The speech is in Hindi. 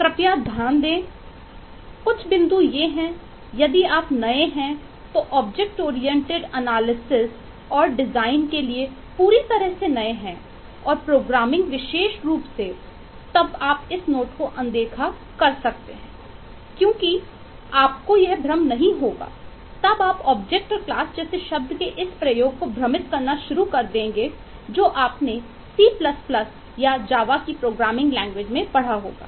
कृपया ध्यान दें कुछ बिंदु ये हैं यदि आप नए हैं तो ऑब्जेक्ट ओरिएंटेड एनालिसिस मैं पढ़ा होगा